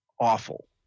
awful